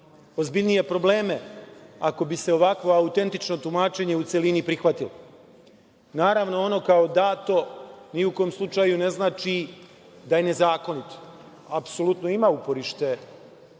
ozbiljnije probleme, ako bi se ovakva autentična tumačenja u celini prihvatila. Naravno, ono kao dato ni u kom slučaju ne znači da je nezakonito. Apsolutno ima uporište